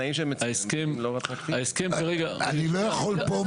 ההסכם כרגע --- אני לא יכול פה,